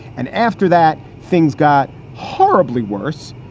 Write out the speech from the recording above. and after that. things got horribly worse,